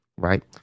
right